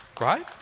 Right